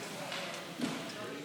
תודה.